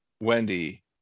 Wendy